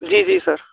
जी जी सर